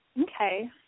Okay